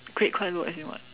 grade quite low as in what